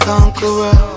Conqueror